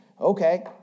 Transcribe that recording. Okay